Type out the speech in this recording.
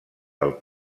del